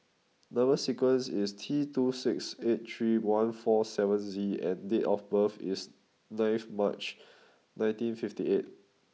number sequence is T two six eight three one four seven Z and date of birth is ninth March nineteen fifty eight